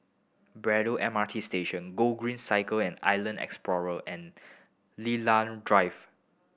Braddell M R T Station Gogreen Cycle and Island Explorer and Lilan Drive